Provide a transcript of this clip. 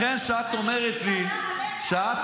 לכן, כשאת אומרת לי --- אני מתפלאת עליך.